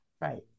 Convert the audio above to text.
Right